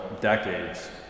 decades